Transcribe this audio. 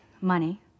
money